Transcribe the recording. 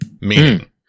Meaning